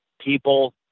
people